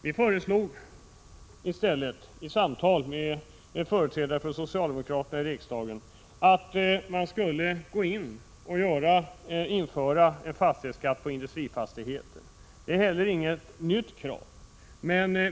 Vid samtal med företrädare för socialdemokraterna i riksdagen föreslog vi istället att man skulle införa en fastighetsskatt på industrifastigheter. Det är inte heller något nytt krav.